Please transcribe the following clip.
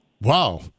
Wow